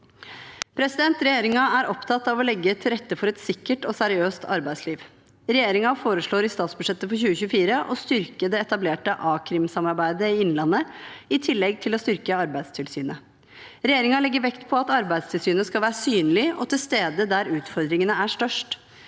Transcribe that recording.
flere. Regjeringen er opptatt av å legge til rette for et sikkert og seriøst arbeidsliv. Regjeringen foreslår i statsbudsjettet for 2024 å styrke det etablerte a-krimsamarbeidet i Innlandet i tillegg til å styrke Arbeidstilsynet. Regjeringen legger vekt på at Arbeidstilsynet skal være synlig og til stede der utfordringene er størst.